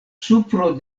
supro